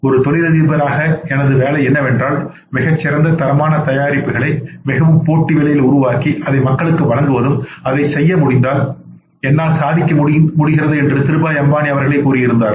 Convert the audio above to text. ஒரு தொழிலதிபராக எனது வேலை என்னவென்றால் மிகச் சிறந்த தரமான தயாரிப்புகளை மிகவும் போட்டி விலையில் உருவாக்கி அதை மக்களுக்கு வழங்குவதும் அதைச் செய்ய முடிந்தால் என்னால் சாதிக்க முடிகிறது என்றுதிருபாய் அம்பாநி அவர்களே கூறியிருந்தார்